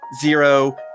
Zero